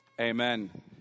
Amen